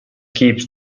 keeps